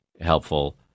helpful